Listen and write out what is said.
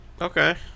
Okay